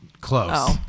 close